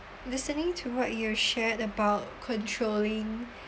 listening to what your share about controlling